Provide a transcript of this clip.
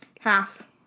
Half